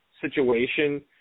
situation